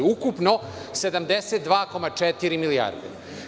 Ukupno 72,4 milijarde.